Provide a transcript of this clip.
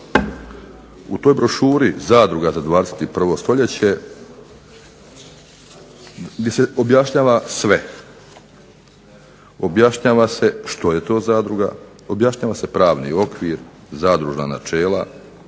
U toj brošuri "Zadruga za 21. stoljeće" objašnjava se sve. Objašnjava se što je to zadruga, objašnjava se pravni okvir, zadružna načela,